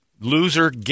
Loser